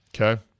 Okay